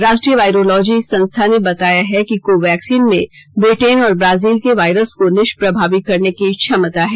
राष्ट्रीय वायरोलॉजी संस्था ने बताया है कि कोवैक्सीन में ब्रिटेन और ब्राजील के वायरस को निष्प्राभावी करने की क्षमता है